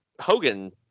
hogan